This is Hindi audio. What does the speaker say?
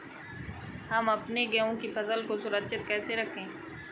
हम अपने गेहूँ की फसल को सुरक्षित कैसे रखें?